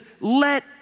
let